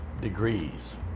degrees